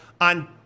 on